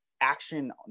action